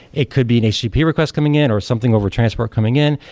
it could be an http request coming in, or something over transport coming in.